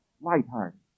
lighthearted